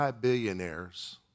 billionaires